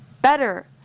better